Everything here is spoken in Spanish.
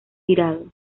tirado